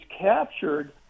captured